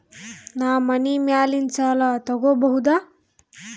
ನಾ ಮನಿ ಮ್ಯಾಲಿನ ಸಾಲ ತಗೋಬಹುದಾ?